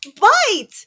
Bite